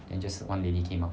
then just one lady came out